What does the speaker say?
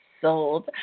sold